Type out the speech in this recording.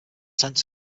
sense